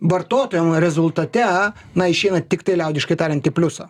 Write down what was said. vartotojam rezultate na išeina tiktai liaudiškai tariant į pliusą